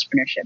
entrepreneurship